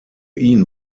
ihn